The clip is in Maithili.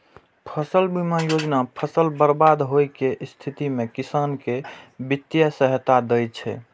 फसल बीमा योजना फसल बर्बाद होइ के स्थिति मे किसान कें वित्तीय सहायता दै छै